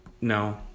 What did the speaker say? No